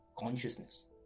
consciousness